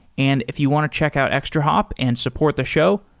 and if you want to check out extrahop and support the show,